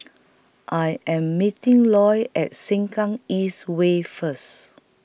I Am meeting Loy At Sengkang East Way First